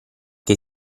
che